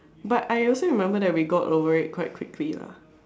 but I also remember that we got over quite quickly lah